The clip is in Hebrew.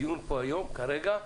הדיון פה היום כרגע,